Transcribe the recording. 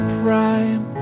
prime